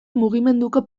mugimenduko